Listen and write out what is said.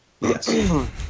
Yes